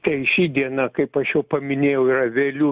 tai ši diena kaip aš jau paminėjau yra vėlių